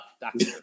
Doctor